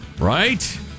Right